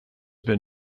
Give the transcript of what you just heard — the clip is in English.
been